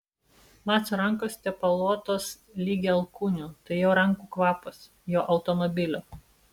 vacio rankos tepaluotos ligi alkūnių tai jo rankų kvapas jo automobilio